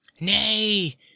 Nay